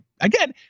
again